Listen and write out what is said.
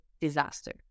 disaster